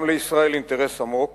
גם לישראל אינטרס עמוק